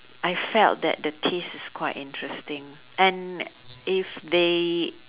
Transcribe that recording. I felt that the taste is quite interesting and if they